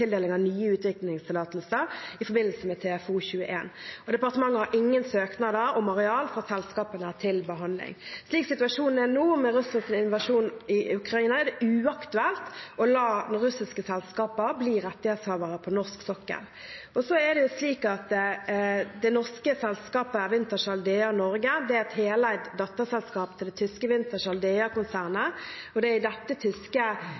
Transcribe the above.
tildeling av nye utvinningstillatelser i forbindelse med TFO 2021. Departementet har ingen søknader om areal fra selskapene til behandling. Slik situasjonen er nå, med den russiske invasjonen i Ukraina, er det uaktuelt å la russiske selskaper bli rettighetshavere på norsk sokkel. Det norske selskapet Wintershall Dea Norge er et heleid datterselskap til det tyske Wintershall Dea-konsernet, og det er i dette tyske